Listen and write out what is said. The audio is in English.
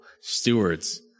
stewards